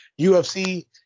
UFC